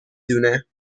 دونه